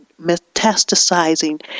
metastasizing